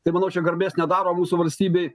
tai manau čia garbės nedaro mūsų valstybei